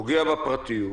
פוגע בפרטיות,